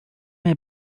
may